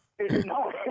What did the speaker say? No